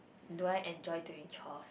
do I enjoy doing chores